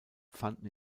fanden